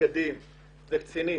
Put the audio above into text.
נגדים וקצינים,